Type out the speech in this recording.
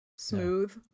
Smooth